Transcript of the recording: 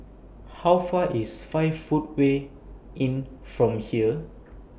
How Far IS five Footway Inn from here